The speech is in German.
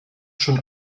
schon